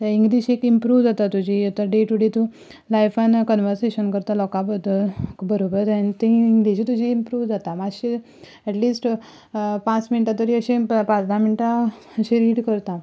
थंय इंग्लीश एक इंप्रूव जाता तुजी डे टू डे तूं लायफान कनवर्सेशन करता लोका बद्दल बरोबर आनी ती इंग्लीशूय तुजी इंप्रूव जाता मातशे एटलिस्ट पांच मिनटां तरी अशें पांच धा मिनटां अशीं रीड करता